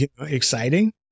exciting